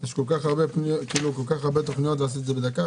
יש כל כך הרבה תוכניות, לעשות את זה בדקה?